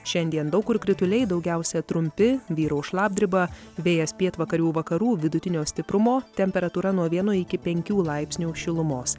šiandien daug kur krituliai daugiausia trumpi vyraus šlapdriba vėjas pietvakarių vakarų vidutinio stiprumo temperatūra nuo vieno iki penkių laipsnių šilumos